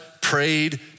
prayed